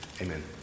Amen